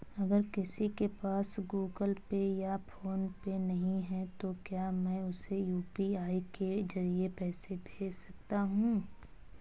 अगर किसी के पास गूगल पे या फोनपे नहीं है तो क्या मैं उसे यू.पी.आई के ज़रिए पैसे भेज सकता हूं?